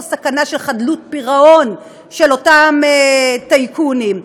סכנה של חדלות פירעון של אותם טייקונים?